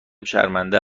شرمنده